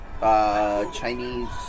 Chinese